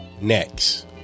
Next